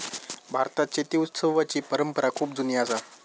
भारतात शेती उत्सवाची परंपरा खूप जुनी असा